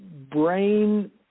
brain